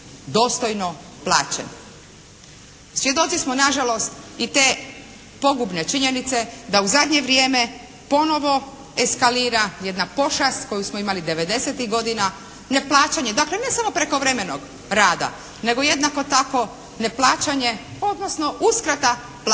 dostojno plaćen. Svjedoci smo na žalost i te pogubne činjenice da u zadnje vrijeme ponovo eskalira jedna pošast koju smo imali 90-tih godina, neplaćanje dakle ne samo prekovremenog rada, nego jednako tako neplaćanje, odnosno uskrata plaće